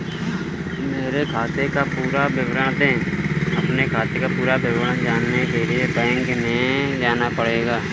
मेरे खाते का पुरा विवरण दे?